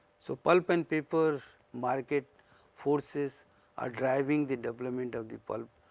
so, pulp and paper market forces are driving the development of the pulp